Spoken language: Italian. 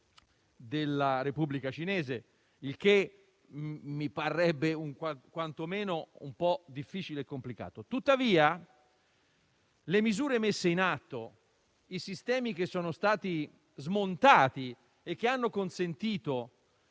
della Repubblica Popolare Cinese, il che mi parrebbe quantomeno un po' difficile e complicato. Tuttavia, le misure messe in atto e i sistemi che sono stati smontati e che hanno consentito